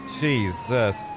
Jesus